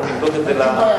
אנחנו נבדוק את זה לבאות.